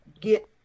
get